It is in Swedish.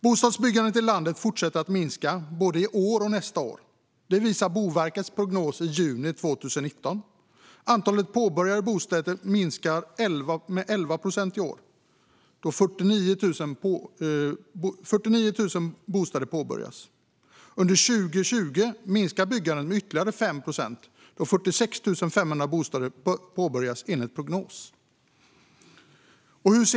Bostadsbyggandet i landet fortsätter att minska både i år och nästa år. Det visar Boverkets prognos från juni 2019. Antalet påbörjade bostäder minskar med 11 procent i år, då 49 000 bostäder påbörjas. Under 2020 minskar byggandet med ytterligare 5 procent, då 46 500 bostäder enligt prognos ska påbörjas.